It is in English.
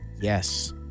Yes